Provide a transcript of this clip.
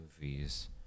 movies